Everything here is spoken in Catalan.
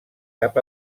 cap